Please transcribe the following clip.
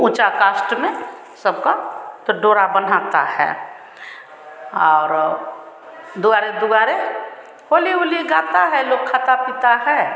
ऊँची कास्ट में सबका तो डोरा बँधाता है और दुआरे दुआरे होली ओली गाता है लोग खाता पीता है